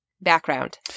background